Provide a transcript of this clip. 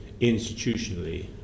institutionally